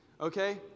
okay